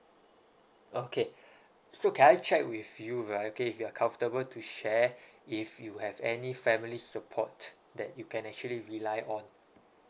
okay so can I check with you right okay if you are comfortable to share if you have any family support that you can actually rely on